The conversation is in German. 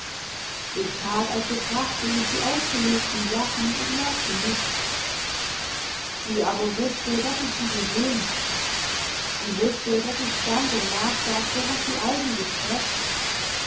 ich tat als betrachtete ich die ausgelegten sachen und merkte nichts sie aber wußte daß ich sie gesehen hatte sie wußte daß ich stand und nachdachte was sie eigentlich täte